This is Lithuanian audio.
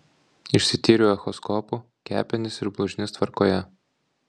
išsityriau echoskopu kepenys ir blužnis tvarkoje